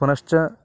पुनश्च